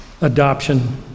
adoption